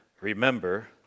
remember